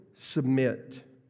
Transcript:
submit